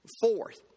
Fourth